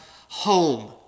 home